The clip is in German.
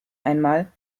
einmal